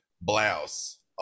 blouse